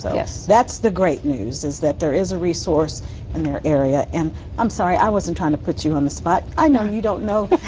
ah yeah so that's the great news, is that there is a resource in their area. and i'm i'm sorry, i wasn't trying to put you on the spot. i know you don't know.